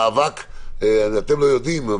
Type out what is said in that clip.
אתם לא יודעים,